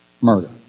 murder